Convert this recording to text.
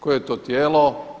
Koje je to tijelo?